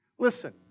Listen